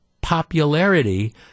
popularity